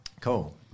Cool